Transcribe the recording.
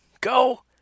go